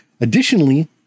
Additionally